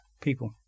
people